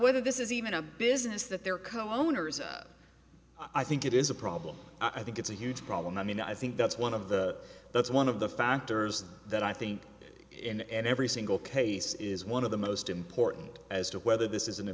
whether this is even a business that they're co owners i think it is a problem i think it's a huge problem i mean i think that's one of the that's one of the factors that i think in every single case is one of the most important as to whether this is in